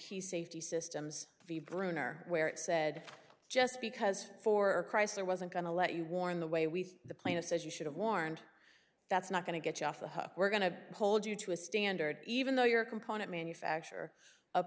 he safety systems bruner where it said just because for chrysler wasn't going to let you warn the way we the plaintiff says you should have warned that's not going to get you off the hook we're going to hold you to a standard even though you're a component manufacture